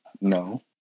No